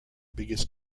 biggest